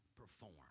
perform